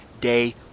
day